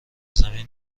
زمین